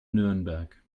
nürnberg